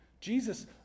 Jesus